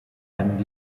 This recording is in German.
einen